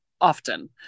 often